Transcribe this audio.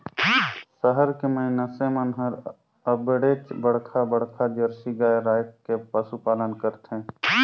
सहर के मइनसे मन हर अबड़ेच बड़खा बड़खा जरसी गाय रायख के पसुपालन करथे